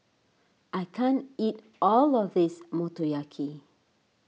I can't eat all of this Motoyaki